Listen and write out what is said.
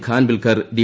Khanwilkar D